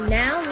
now